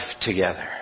together